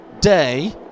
day